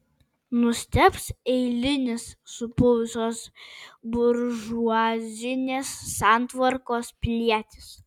nustebs eilinis supuvusios buržuazinės santvarkos pilietis